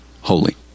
holy